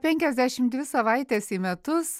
penkiasdešim dvi savaites į metus